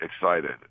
excited